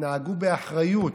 תתנהגו באחריות,